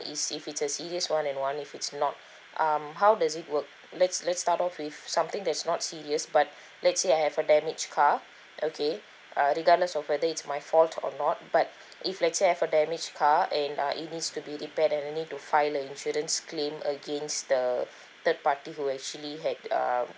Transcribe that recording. is if it's a serious one and one if it's not um how does it work let's let's start off with something that's not serious but let's say I have a damage car okay uh regardless of whether it's my fault or not but if lets say I have a damage car and uh it needs to be repaired and I only to file a insurance claim against the third party who actually had um